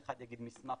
אחד יגיד מסמך,